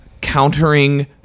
countering